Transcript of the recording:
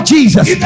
Jesus